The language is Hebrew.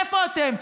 איפה אתן?